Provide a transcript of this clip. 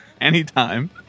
Anytime